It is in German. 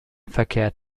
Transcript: verkehrt